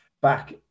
back